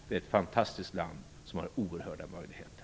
Det är ett fantastiskt land som har oerhörda möjligheter.